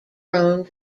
prone